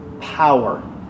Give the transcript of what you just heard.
power